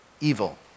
evil